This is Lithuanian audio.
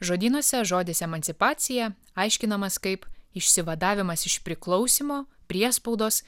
žodynuose žodis emancipacija aiškinamas kaip išsivadavimas iš priklausymo priespaudos